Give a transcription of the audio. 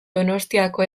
donostiako